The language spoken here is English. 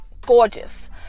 gorgeous